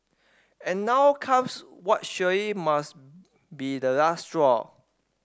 and now comes what surely must be the last straw